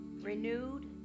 renewed